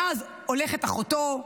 ואז הולכת אחותו,